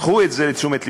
קחו את זה לתשומת לבכם,